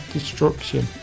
Destruction